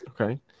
Okay